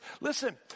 listen